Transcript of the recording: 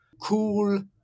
cool